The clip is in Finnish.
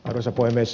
arvoisa puhemies